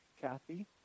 Kathy